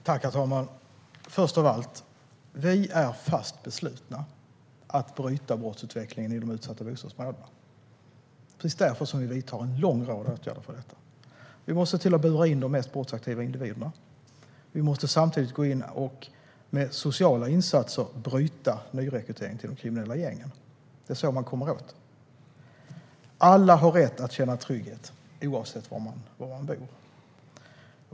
Herr talman! Först och främst är vi fast beslutna att bryta brottsutvecklingen i de utsatta bostadsområdena. Det är därför vi vidtar en lång rad åtgärder för detta. Vi måste bura in de mest brottsaktiva individerna. Vi måste samtidigt gå in med sociala insatser och bryta nyrekryteringen till de kriminella gängen. Det är så man kommer åt det. Alla har rätt att känna trygghet, oavsett var man bor.